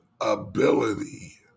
ability